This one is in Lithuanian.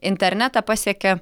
internetą pasiekia